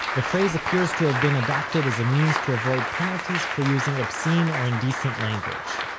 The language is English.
the phrase appears to have been adopted as a means to avoid penalties for using obscene or indecent language.